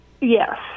Yes